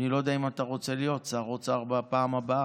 אני לא יודע אם אתה רוצה להיות שר אוצר בפעם הבאה,